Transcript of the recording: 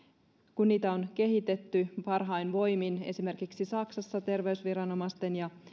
kun niitä on kehitetty parhain voimin esimerkiksi saksassa terveysviranomaisten ja